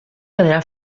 quedarà